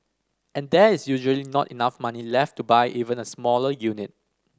and there is usually not enough money left to buy even a smaller unit